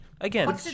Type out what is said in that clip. again